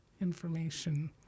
information